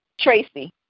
Tracy